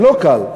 זה לא קל.